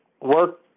work